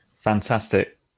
Fantastic